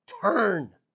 Turn